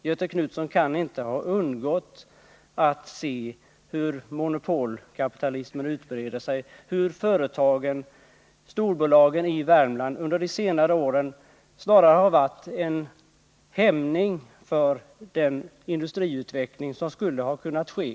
Göthe Knutson kan inte ha undgått att se hur monopolkapitalismen utbreder sig, hur storbolagen i Värmland under senare år snarast har varit hämmande för den industriutveckling som skulle ha kunnat ske.